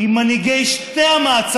מי הוא האובססביבי?